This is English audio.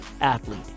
athlete